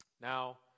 Now